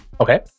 Okay